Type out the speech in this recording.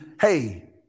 hey